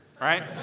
right